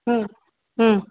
হুম হুম